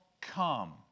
come